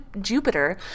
Jupiter